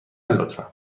لطفا